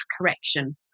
correction